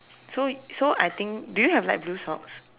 so so I think do you have light blue socks